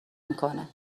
میکنه